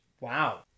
Wow